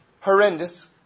horrendous